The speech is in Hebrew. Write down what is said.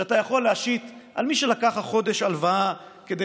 שאתה יכול להשית על מי שלקח החודש הלוואה כדי